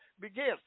begins